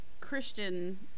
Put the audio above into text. Christian